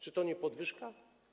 Czy to nie podwyżka?